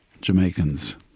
Jamaicans